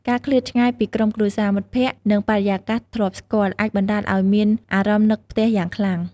ការឃ្លាតឆ្ងាយពីក្រុមគ្រួសារ មិត្តភក្តិ និងបរិយាកាសធ្លាប់ស្គាល់ អាចបណ្ដាលឲ្យមានអារម្មណ៍នឹកផ្ទះយ៉ាងខ្លាំង។